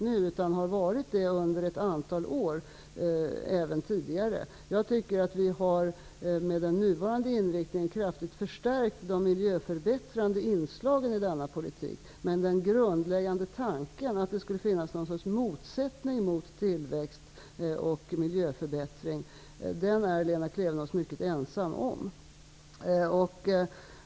Det gäller inte bara nu, utan så har det varit under ett antal år. Vi har med den nuvarande inriktningen kraftigt förstärkt de miljöförbättrande inslagen i denna politik. Men den grundläggande tanken att det skulle finnas någon sorts motsättning mellan tillväxt och miljöförbättring är Lena Klevenås mycket ensam om.